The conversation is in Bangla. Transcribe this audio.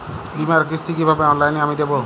বীমার কিস্তি কিভাবে অনলাইনে আমি দেবো?